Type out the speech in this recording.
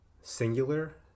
singular